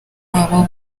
wabo